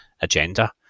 agenda